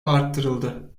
artırıldı